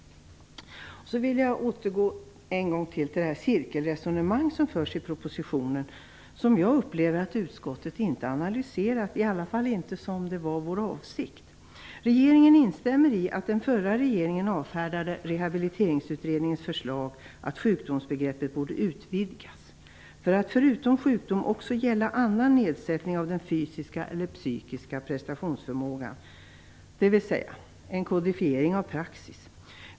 Jag vill återgå till det cirkelresonemang som förs i propositionen och som jag upplever att utskottet inte har analyserat, i alla fall inte så som vår avsikt var. Regeringen instämmer i att den förra regeringen avfärdade Rehabiliteringsutredningens förslag att sjukdomsbegreppet borde utvidgas, för att förutom sjukdom också gälla annan nedsättning av den fysiska eller psykiska prestationsförmågan, dvs. en kodifiering av praxis.